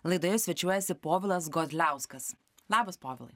laidoje svečiuojasi povilas godliauskas labas povilai